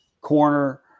corner